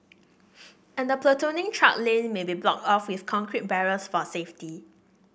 and the platooning truck lane may be blocked off with concrete barriers for safety